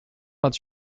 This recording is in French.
vingt